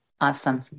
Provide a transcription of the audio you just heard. Awesome